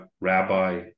rabbi